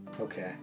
Okay